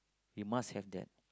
you must have that